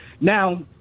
now